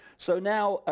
so now,